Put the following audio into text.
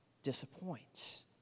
disappoints